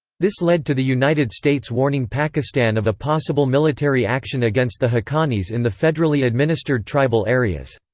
this led to the united states warning pakistan of a possible military action against the haqqanis in the federally administered tribal areas.